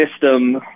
system